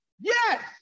yes